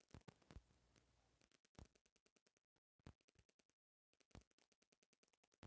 मछली पालन के काम के देख रेख करे खातिर संस्था बनावल गईल बा